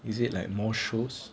is it like more shows